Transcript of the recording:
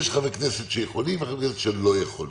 יש חברי כנסת שיכולים וחברי כנסת שלא יכולים.